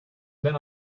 been